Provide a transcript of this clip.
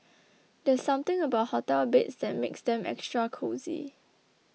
there's something about hotel beds that makes them extra cosy